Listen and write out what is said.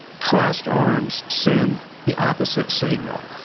crossed arms send the opposite signal.